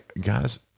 guys